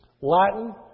Latin